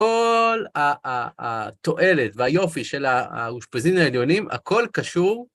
כל התועלת והיופי של האושפזין העליונים, הכל קשור